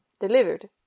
delivered